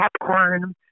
popcorn